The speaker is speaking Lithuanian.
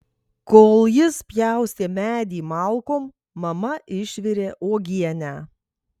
kol jis pjaustė medį malkom mama išvirė uogienę